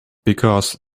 because